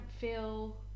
feel